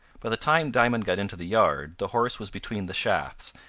by the time diamond got into the yard, the horse was between the shafts,